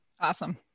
Awesome